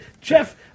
Jeff